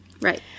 Right